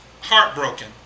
Heartbroken